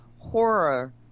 Horror